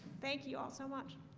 thank you. also watching